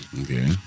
okay